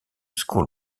school